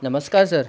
नमस्कार सर